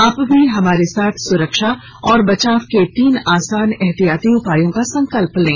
आप भी हमारे साथ सुरक्षा और बचाव के तीन आसान एहतियाती उपायों का संकल्प लें